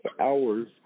hours